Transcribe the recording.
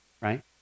Right